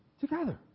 together